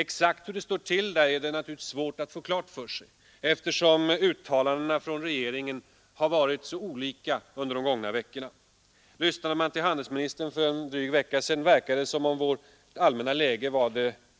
Exakt hur det står till är det svårt att få klart för sig, eftersom regeringens uttalanden varit så olika under de gångna veckorna. Lyssnade man till handelsministern för en dryg vecka sedan verkade det som om vårt allmänna läge kanske